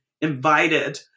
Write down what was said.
invited